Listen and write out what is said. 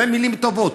אלה מילים טובות.